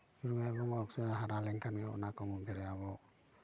ᱨᱮᱭᱟᱲ ᱵᱚᱸᱜᱟ ᱦᱟᱨᱟ ᱞᱮᱱᱠᱷᱟᱱ ᱜᱮ ᱚᱱᱟ ᱠᱚ ᱢᱚᱫᱽᱫᱷᱮᱨᱮ ᱟᱵᱚ